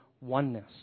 oneness